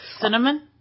Cinnamon